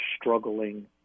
struggling